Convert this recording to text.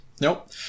Nope